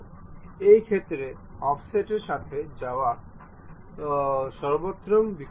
এই ক্ষেত্রে অফসেটটির সাথে যাওয়াই সর্বোত্তম বিকল্প